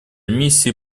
миссии